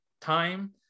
time